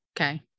Okay